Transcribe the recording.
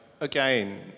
again